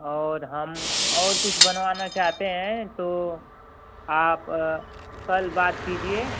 और हम और कुछ बनवाना चाहते हैं तो आप कल बात कीजिए